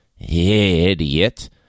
idiot